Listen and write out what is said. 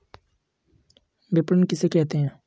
विपणन किसे कहते हैं?